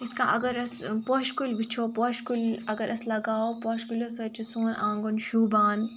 یِتھ کٔنۍ اگر أسۍ پوشہٕ کُلۍ وٕچھو پوشہٕ کُلۍ اگر أسۍ لگاوَو پوشہٕ کُلیو سۭتۍ چھِ سون آنٛگُن شوٗبان